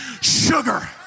sugar